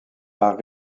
par